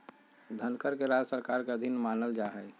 धनकर के राज्य सरकार के अधीन मानल जा हई